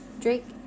Drake